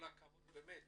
כל הכבוד באמת